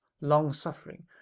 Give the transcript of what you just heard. long-suffering